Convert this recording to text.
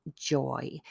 joy